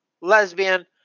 lesbian